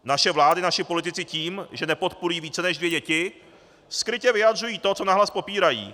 Naše vlády a naši politici tím, že nepodporují více než dvě děti, skrytě vyjadřují to, co nahlas popírají.